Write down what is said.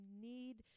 need